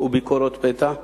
וביקורות פתע.